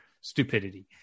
stupidity